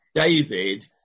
David